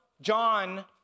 John